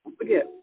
forget